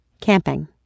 Camping